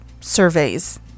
surveys